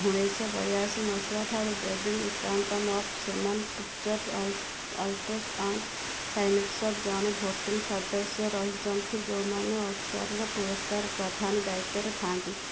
ଉଣେଇଶ ବୟାଅଶି ମସିହାଠାରୁ ବେଦୀନି academy of motion picture all arts and sciences ଜଣେ ଭୋଟିଂ ସଦସ୍ୟ ରହିଛନ୍ତି ଯେଉଁମାନେ ଓସ୍କାରର ପୁରସ୍କାର ପ୍ରଧାନ ଦାୟିତ୍ୱରେ ଥାଆନ୍ତି